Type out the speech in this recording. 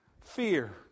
fear